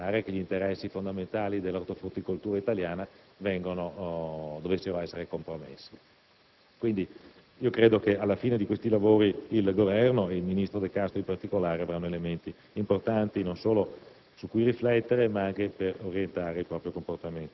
nel momento in cui si dovesse riscontrare che gli interessi fondamentali dell'ortofrutticoltura italiana dovessero essere compromessi. Quindi, credo che alla fine di questi lavori il Governo ed il ministro De Castro in particolare avranno elementi importanti non solo